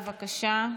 בבקשה.